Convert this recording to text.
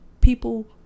People